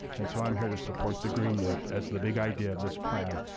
and so i'm here to support the green loop as the big idea of this plan.